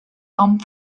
come